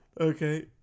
okay